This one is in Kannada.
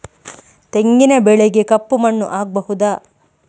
ತೆಂಗಿನ ಬೆಳೆಗೆ ಕಪ್ಪು ಮಣ್ಣು ಆಗ್ಬಹುದಾ?